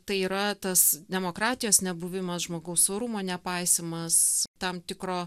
tai yra tas demokratijos nebuvimas žmogaus orumo nepaisymas tam tikro